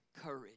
courage